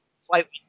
slightly